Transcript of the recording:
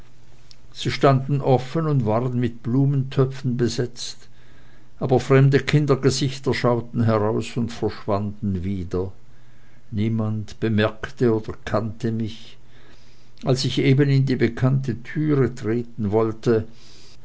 sie standen offen und waren mit blumentöpfen besetzt aber fremde kindergesichter schauten heraus und verschwanden wieder niemand bemerkte oder kannte mich als ich eben in die bekannte türe treten wollte